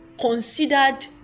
considered